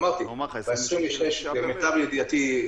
אמרתי: למיטב ידיעתי,